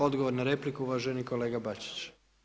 Odgovor na repliku uvaženi kolega Bačić.